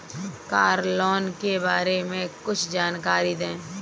Car loan के बारे में कुछ जानकारी दें?